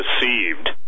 deceived